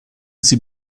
sie